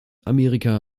amerika